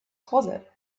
closet